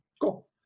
cool